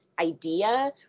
idea